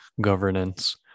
governance